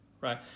right